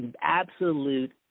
absolute